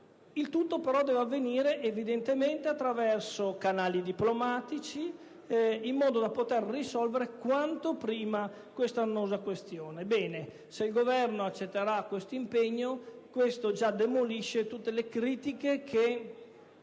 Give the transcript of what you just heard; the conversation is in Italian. Il tutto, però, deve avvenire, evidentemente, attraverso canali diplomatici in modo da poter risolvere quanto prima l'annosa questione. Ebbene, se il Governo accetterà questo impegno, tale fatto già demolisce tutte le critiche che